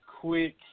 Quick